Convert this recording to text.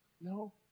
No